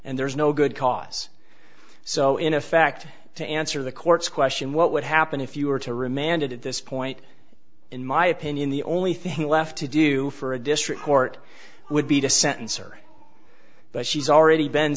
and there's no good cause so in effect to answer the court's question what would happen if you were to remanded at this point in my opinion the only thing left to do for a district court would be to sentence or but she's already been